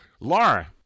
Laura